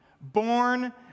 Born